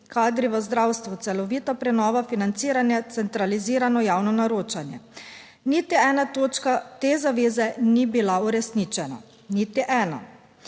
kadri v zdravstvu, celovita prenova financiranja, centralizirano javno naročanje. Niti ena točka te zaveze ni bila uresničena, niti ena.